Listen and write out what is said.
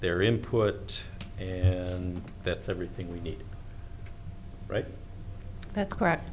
their input and that's everything we need right that's